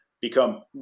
become